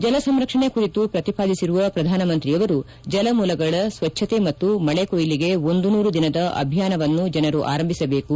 ಜಲಸಂರಕ್ಷಣೆ ಕುರಿತು ಪ್ರತಿಪಾದಿಸಿರುವ ಪ್ರಧಾನಮಂತ್ರಿಯವರು ಜಲಮೂಲಗಳ ಸ್ವಚ್ಚತೆ ಮತ್ತು ಮಳೆ ಕೊಯ್ಲಿಗೆ ನೂರು ದಿನದ ಅಭಿಯಾನವನ್ನು ಜನರು ಆರಂಭಿಸಬೇಕು